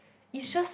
is just